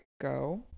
go